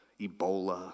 Ebola